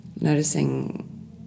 Noticing